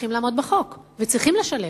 צריכים לעמוד בחוק וצריכים לשלם.